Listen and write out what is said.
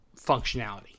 functionality